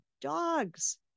dogs